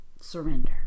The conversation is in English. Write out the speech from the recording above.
surrender